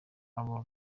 aba